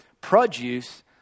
produce